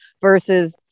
versus